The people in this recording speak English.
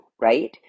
right